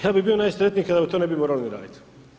Ja bi bio najsretniji kada to ne bi morali ni radit.